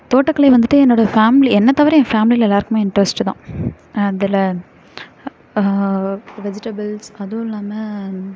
தோட்டக்கலை வந்துட்டு என்னோடய ஃபேமிலி என்னை தவிர என் ஃபேமிலியில் எல்லாருக்குமே இண்ட்ரெஸ்ட்டுதான் அதில் வெஜிடபிள்ஸ் அதுவும் இல்லாமல்